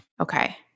okay